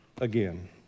again